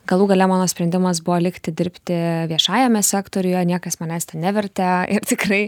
galų gale mano sprendimas buvo likti dirbti viešajame sektoriuje niekas manęs nevertė ir tikrai